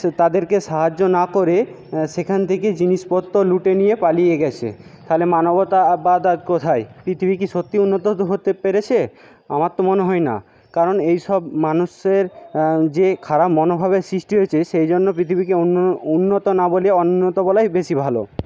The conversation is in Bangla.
তাদেরকে সাহায্য না করে সেখান থেকে জিনিসপত্র লুটে নিয়ে পালিয়ে গেছে তাহলে মানবতাবাদ আর কোথায় পৃথিবী কি সত্যিই উন্নত হতে পেরেছে আমার তো মনে হয় না কারণ এইসব মানুষের যে খারাপ মনোভাবের সৃষ্টি হয়েছে সেই জন্য পৃথিবীকে উন্নত না বলে অনুন্নত বলাই বেশি ভালো